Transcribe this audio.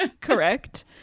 Correct